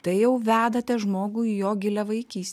tai jau vedate žmogų į jo gilią vaikystę